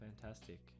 fantastic